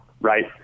right